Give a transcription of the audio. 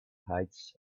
height